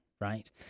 right